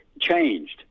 changed